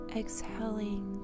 exhaling